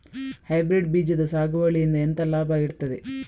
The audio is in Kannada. ಹೈಬ್ರಿಡ್ ಬೀಜದ ಸಾಗುವಳಿಯಿಂದ ಎಂತ ಲಾಭ ಇರ್ತದೆ?